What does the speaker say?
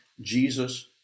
Jesus